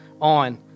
on